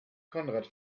konrad